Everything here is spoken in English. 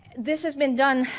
this has been done